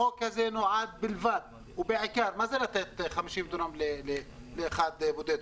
החוק הזה נועד בלבד ובעיקר מה זה לתת 50 דונם לאחד בודד?